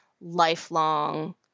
lifelong